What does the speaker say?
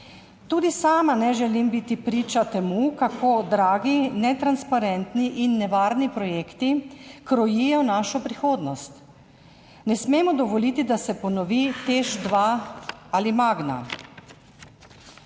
Tudi sama ne želim biti priča temu, kako dragi, netransparentni in nevarni projekti krojijo našo prihodnost. Ne smemo dovoliti, da se ponovi Teš 2 ali Magna.